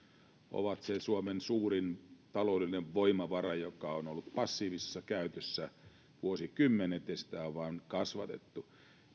ovat suomen suurin taloudellinen voimavara joka on ollut passiivisessa käytössä vuosikymmenet ja sitä on vaan kasvatettu